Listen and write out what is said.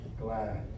glad